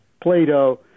Plato